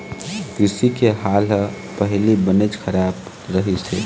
कृषि के हाल ह पहिली बनेच खराब रहिस हे